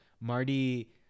Marty